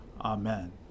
Amen